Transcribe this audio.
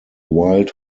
wild